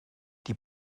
die